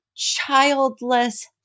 childless